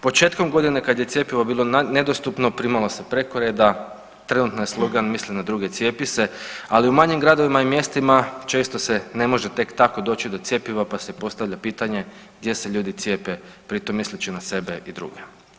Početkom godine kad je cjepivo bilo nedostupno primalo se preko reda, trenutno je slogan „Misli na druge cijepi se“, ali u manjim gradovima i mjestima često se ne može tek tako doći do cjepiva, pa se postavlja pitanje gdje se ljudi cijepe pri tom misleći na sebe i druge.